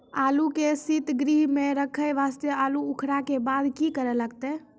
आलू के सीतगृह मे रखे वास्ते आलू उखारे के बाद की करे लगतै?